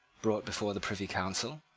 brought before the privy council,